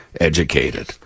educated